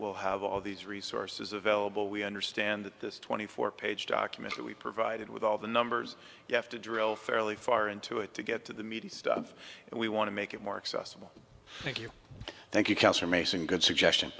will have all these resources available we understand this twenty four page document that we provided with all the numbers you have to drill fairly far into it to get to the media and we want to make it more accessible thank you thank you councillor mason good suggestion